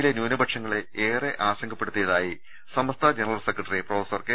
യിലെ ന്യൂനപക്ഷങ്ങളെ ഏറെ ആശങ്കപ്പെടുത്തിയതായി Samastha general secretary professor K